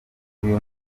uyu